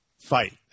fight